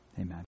amen